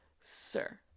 Sir